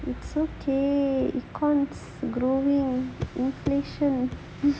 is okay growing